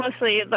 mostly